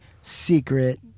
secret